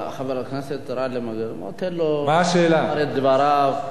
חבר הכנסת גאלב, בוא תן לו לומר את דבריו.